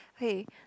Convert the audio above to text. hey